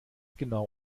genau